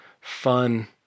fun